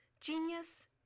Genius